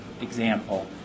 example